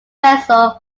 vessel